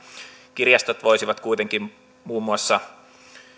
kirjastot voisivat kuitenkin muun muassa